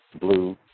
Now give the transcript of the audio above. blue